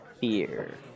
fear